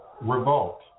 revolt